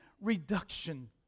reduction